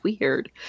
weird